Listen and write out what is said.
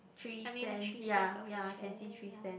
three stands ya ya I can see three stands